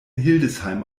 hildesheim